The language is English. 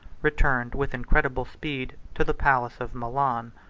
returned, with incredible speed, to the palace of milan.